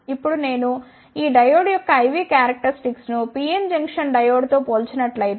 ఇప్పుడు నేను ఈ డయోడ్ యొక్క I V క్యారక్టరిస్టిక్స్ ను PN జంక్షన్ డయోడ్ తో పోల్చినట్లయితే